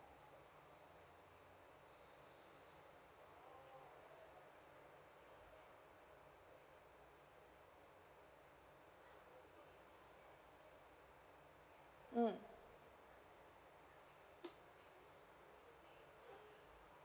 mm